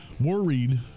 worried